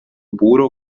puro